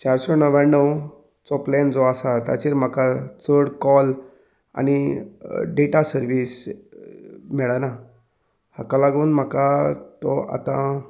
चारशें णव्याणवचो प्लॅन जो आसा ताचेर म्हाका चड कॉल आनी डेटा सर्वीस मेळ्ळना हाका लागून म्हाका तो आतां